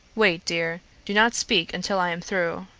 wait, dear do not speak until i am through.